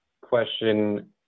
question